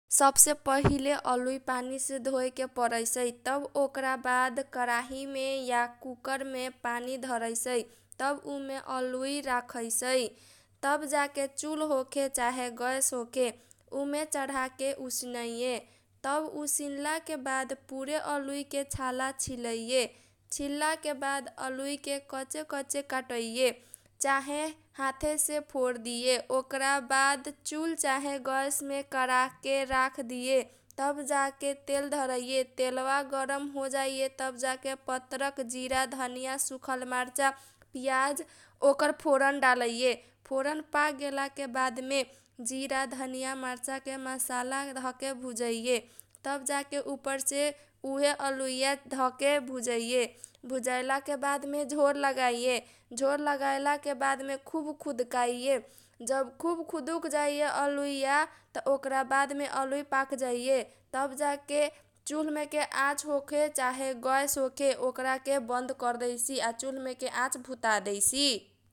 सबसे पहिले अलुइ पानी से धोएके परैसै। तब ओकरा बाद कराहीमे या कुकर मे पानी धरैसै तब उमे अलुइ रखैसै । जाके चुलह होखे चाहे गैस होखे उमे चढाके उसिनैए । तब उसिनलाके बाद पूरे अलुइके छाला छिलैए। छिललाके बाद अलुइके कचे कचे कटैए चाहे हातसे फोरदिए। ओकरा बाद चुल चाहे गैस मे कराहके राख दिए। तब जाके तेल धरैए तेलबा गरम होजाइ तब जाके पत्रक, जीरा, धनिया, सुखल मर्चा, पियाज, ओकर फोरण डालैए। फोरम पाक गेलाके बाद मे जीरा धनिया, मर्चा के मसाला धके भुजाइए। तब जाके उपर्से उहे अलुइया धके भुजैए भुजैयेला के बाद मे झोर लगाइए। झोर लगइला के बाद मे खुब खुदकैए । जब खुब खुदुक जाइए अलुइया तब ओकरा बाद मे आलुइया पाक जाइये। तब चुलमेके आच होखे चाहे गैस हाेखे ओकरा बन्द कर्दैसी आ चुल्मेके आच भूता दैसी।